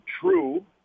true